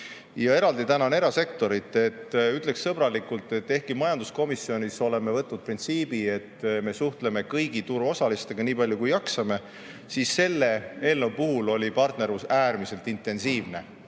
Eraldi tänan erasektorit. Ütleksin sõbralikult, et ehkki me oleme majanduskomisjonis võtnud printsiibi, et me suhtleme kõigi turuosalistega, nii palju kui jaksame, siis selle eelnõu puhul oli partnerlus äärmiselt intensiivne.